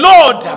Lord